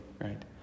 right